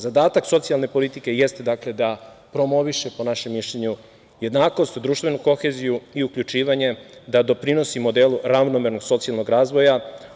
Zadatak socijalne politike jeste da promoviše, po našem mišljenju, jednakost, društvenu koheziju i uključivanje, da doprinosi modelu ravnomernog socijalnog razvoja.